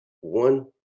one